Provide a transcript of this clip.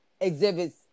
Exhibits